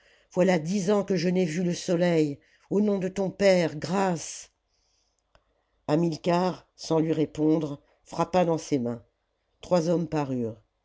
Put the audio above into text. voilà dix ans que je n'ai vu le soleil au nom de ton père grâce hamilcar sans lui répondre frappa dans ses mains trois hommes parurent